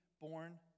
born